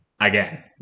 again